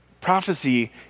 prophecy